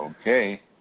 Okay